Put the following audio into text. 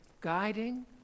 guiding